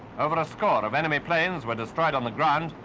over a score of enemy planes were destroyed on the ground.